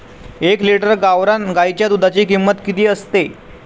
एक लिटर गावरान गाईच्या दुधाची किंमत किती असते?